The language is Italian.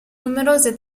numerose